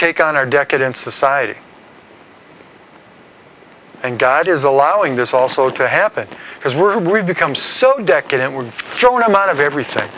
take on our decadent society and god is allowing this also to happen because we're we've become so decadent we're shown i'm out of everything